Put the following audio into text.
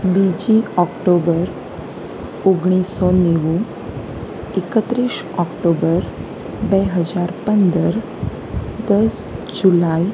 બીજી ઓકટોબર ઓગણીસસો નેવું એકત્રીસ ઓકટોબર બે હજાર પંદર દસ જુલાઇ